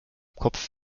kopf